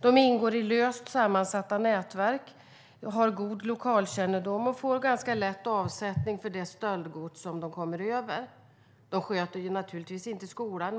De ingår i löst sammansatta nätverk, har god lokalkännedom och får ganska lätt avsättning för det stöldgods som de kommer över. De sköter naturligtvis inte skolan.